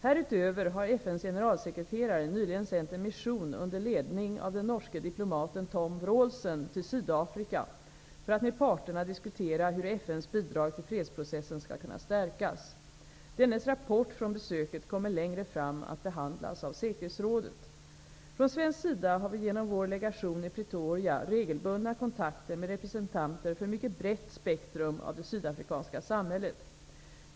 Härutöver har FN:s generalsekreterare nyligen sänt en mission under ledning av den norske diplomaten Tom Vraalsen till Sydafrika för att med parterna diskutera hur FN:s bidrag till fredsprocessen skall kunna stärkas. Dennes rapport från besöket kommer längre fram att behandlas av säkerhetsrådet. Från svensk sida har vi genom vår legation i Pretoria regelbundna kontakter med representanter för ett mycket brett spektrum av det sydafrikanska samhället.